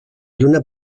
lluna